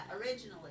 originally